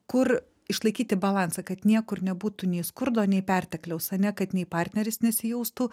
kur išlaikyti balansą kad niekur nebūtų nei skurdo nei pertekliaus ane kad nei partneris nesijaustų